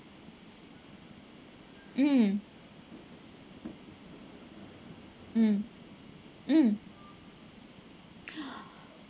mm mm mm